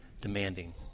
demanding